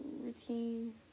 routine